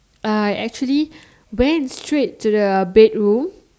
I actually went straight to the bedroom